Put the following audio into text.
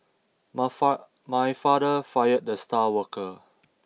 my my father fired the star worker